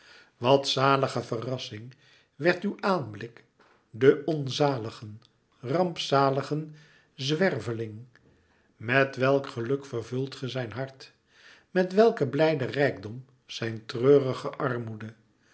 wat zalige verrassing werd uw aanblik den onzaligen rampzaligen zwerveling met welk geluk vervult ge zijn hart met welken blijden rijkdom zijn treurige armoede